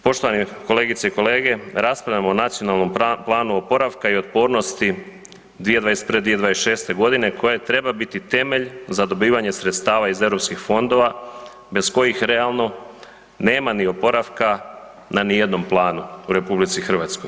Poštovani kolegice i kolege, raspravljamo o Nacionalnom planu oporavka i otpornosti 2021.-2026. g. koja treba biti temelj za dobivanje sredstava iz EU fondova, bez kojih, realno, nema ni oporavka na nijednom planu u RH.